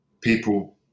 people